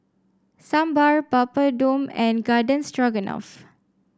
Sambar Papadum and Garden Stroganoff